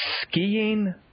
skiing